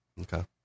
Okay